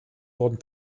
wurden